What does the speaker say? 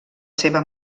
seva